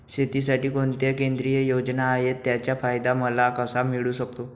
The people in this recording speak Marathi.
शेतीसाठी कोणत्या केंद्रिय योजना आहेत, त्याचा फायदा मला कसा मिळू शकतो?